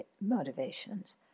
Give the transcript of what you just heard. motivations